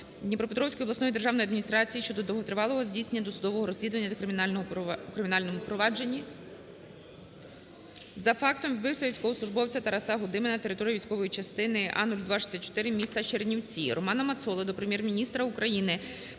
Дніпропетровської обласної державної адміністрації щодо довготривалого здійснення досудового розслідування у кримінальному провадженні за фактом вбивства військовослужбовця Тараса Гудими на території військової частини А-0264 міста Чернівці. РоманаМацоли до Прем'єр-міністра України,